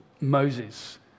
Moses